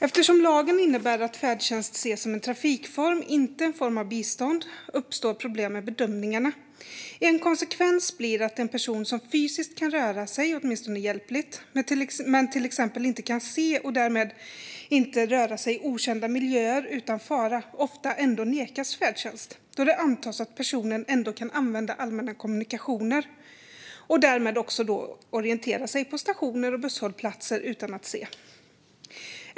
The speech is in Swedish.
Eftersom lagen innebär att färdtjänst ses som en trafikform, inte som en form av bistånd, uppstår problem med bedömningarna. En konsekvens blir att en person som fysiskt kan röra sig, åtminstone hjälpligt, men till exempel inte kan se och därmed inte kan röra sig i okända miljöer utan fara ofta nekas färdtjänst. Det antas att personen kan använda allmänna kommunikationer och därmed också kan orientera sig på stationer och busshållplatser utan att se.